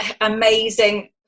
amazing